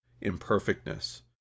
imperfectness